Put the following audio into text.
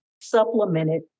supplemented